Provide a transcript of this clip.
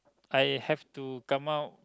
I have to come out